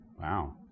Wow